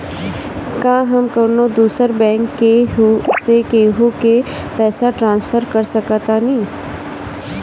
का हम कौनो दूसर बैंक से केहू के पैसा ट्रांसफर कर सकतानी?